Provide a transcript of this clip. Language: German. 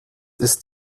ist